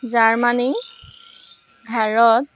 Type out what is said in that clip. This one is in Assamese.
জাৰ্মানী ভাৰত